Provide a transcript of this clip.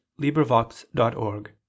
LibriVox.org